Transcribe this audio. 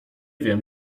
wiem